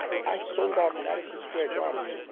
i sold out madison square garden,